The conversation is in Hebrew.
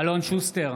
אלון שוסטר,